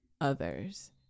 others